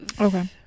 Okay